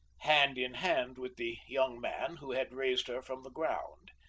hand in hand with the young man who had raised her from the ground.